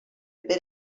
per